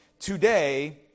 today